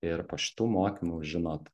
ir po šitų mokymų žinot